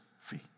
feet